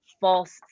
false